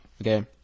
Okay